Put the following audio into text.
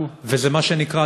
וזה מה שנקרא,